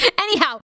Anyhow